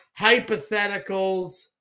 hypotheticals